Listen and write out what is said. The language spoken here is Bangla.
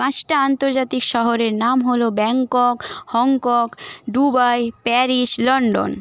পাঁচটা আন্তর্জাতিক শহরের নাম হল Bangkok Hong Kong Dubai Paris London